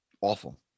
Awful